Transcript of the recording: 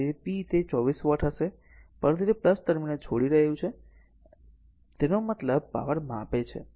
તેથી p તે 24 watt હશે પરંતુ તે ટર્મિનલ છોડી રહ્યું છે તેનો મતલબ પાવર આપે છે